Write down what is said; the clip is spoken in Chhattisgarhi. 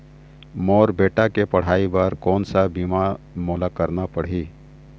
मोर बेटा के पढ़ई बर कोन सा बीमा मोला करना पढ़ही?